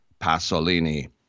Pasolini